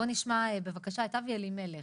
בואו נשמע בבקשה את אבי אלימלך